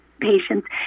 patients